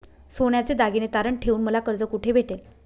सोन्याचे दागिने तारण ठेवून मला कर्ज कुठे भेटेल?